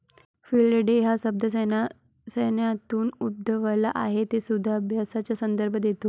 field day हा शब्द सैन्यातून उद्भवला आहे तो युधाभ्यासाचा संदर्भ देतो